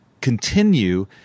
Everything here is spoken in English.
continue